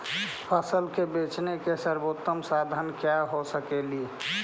फसल के बेचने के सरबोतम साधन क्या हो सकेली?